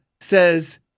says